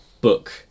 book